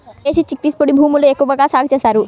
దేశీ chickpeas పొడి భూముల్లో ఎక్కువగా సాగు చేస్తారు